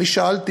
אני שאלתי